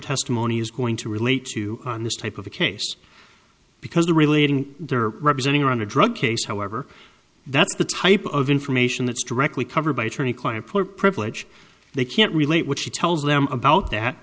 testimony is going to relate to on this type of a case because the relating there representing on the drug case however that's the type of information that's directly covered by attorney client privilege they can't relate what she tells them about that